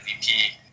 MVP